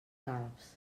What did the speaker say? calbs